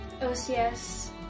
OCS